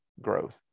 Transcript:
growth